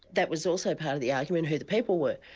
that was also part of the argument, who the people were,